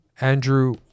Andrew